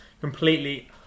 completely